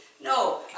no